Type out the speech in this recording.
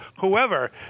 whoever